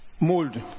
mold